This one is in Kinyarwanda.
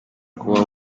kubaho